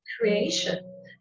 creation